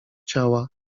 ciała